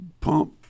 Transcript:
pump